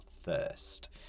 thirst